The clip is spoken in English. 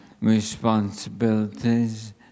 responsibilities